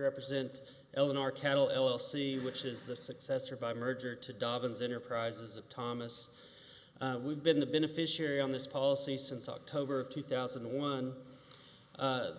represent eleanor cattle l l c which is the successor by merger to dobbins enterprises and thomas we've been the beneficiary on this policy since october of two thousand and one